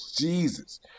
Jesus